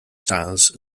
styles